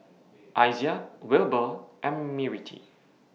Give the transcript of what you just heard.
Izaiah Wilber and Mirtie